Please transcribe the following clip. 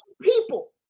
people